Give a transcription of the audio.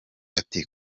ati